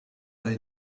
they